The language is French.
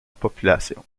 population